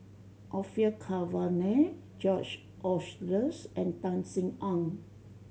Orfeur Cavenagh George Oehlers and Tan Sin Aun